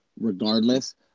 regardless